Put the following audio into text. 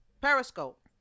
Periscope